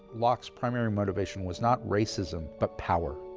locke's primary motivation was not racism but power.